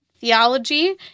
theology